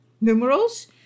numerals